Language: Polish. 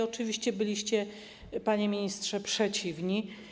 Oczywiście byliście, panie ministrze, przeciwni.